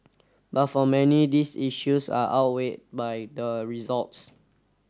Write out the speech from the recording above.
but for many these issues are outweighed by the results